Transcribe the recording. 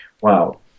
Wow